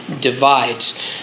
divides